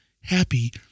happy